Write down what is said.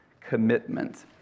commitment